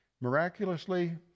Miraculously